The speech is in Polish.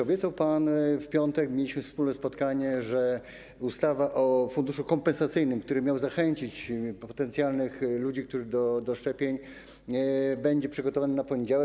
Obiecał pan w piątek - mieliśmy wspólne spotkanie - że ustawa o funduszu kompensacyjnym, który miał zachęcić potencjalnych ludzi do szczepień, będzie przygotowana na poniedziałek.